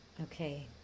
Okay